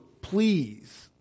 please